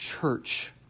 church